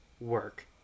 work